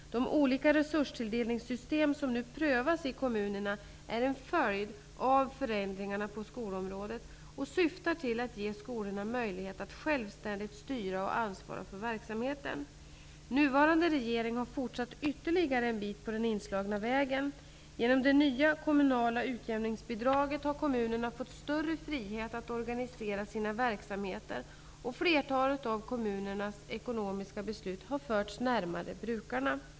De olika resurstilldelningssystem som nu prövas i kommunerna är en följd av förändringarna på skolområdet och syftar till att ge skolorna möjlighet att självständigt styra och ansvara för verksamheten. Nuvarande regering har fortsatt ytterligare en bit på den inslagna vägen. Genom det nya kommunala utjämningsbidraget har kommunerna fått större frihet att organisera sina verksamheter och flertalet av kommunernas ekonomiska beslut har förts närmare brukarna.